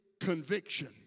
conviction